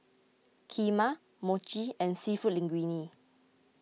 Kheema Mochi and Seafood Linguine